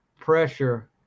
pressure